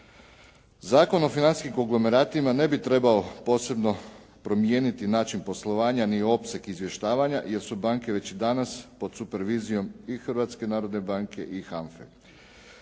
Zakon o financijskim konglomeratima ne bi trebao posebno promijeniti način poslovanja ni opseg izvještavanja, jer su banke već danas pod supervizijom i Hrvatske narodne banke i HANFA-e.